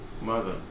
mother